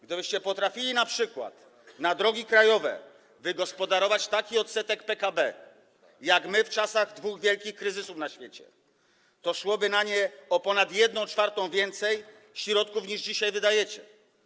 Gdybyście potrafili np. na drogi krajowe wygospodarować taki odsetek PKB jak my w czasach dwóch wielkich kryzysów na świecie, to szłoby na nie o ponad 1/4 więcej środków, niż dzisiaj wydajecie.